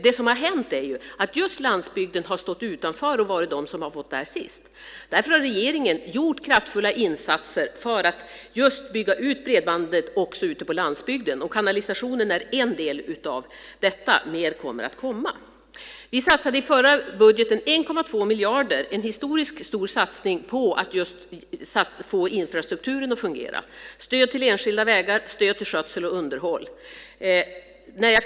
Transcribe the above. Det som har hänt är att landsbygden har stått utanför och har fått del av detta sist. Därför har regeringen gjort kraftfulla insatser för att just bygga ut bredband också ute på landsbygden. Kanalisationen är en del av detta. Mer kommer. Vi satsade i förra budgeten 1,2 miljarder - en historiskt stor summa - på att just få infrastrukturen att fungera. Det handlar om stöd till enskilda vägar och om stöd till skötsel och underhåll.